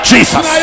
Jesus